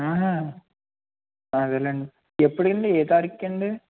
ఆహ అదేలేండి ఎప్పుడండి ఏ తారీఖుకి అండి